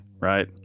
right